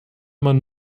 man